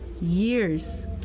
years